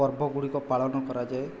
ପର୍ବଗୁଡ଼ିକ ପାଳନ କରାଯାଏ